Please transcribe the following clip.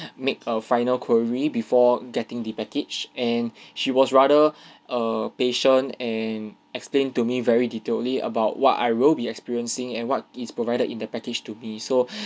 make a final query before getting the package and she was rather err patient and explained to me very detailed ly about what I will be experiencing and what is provided in the package to be so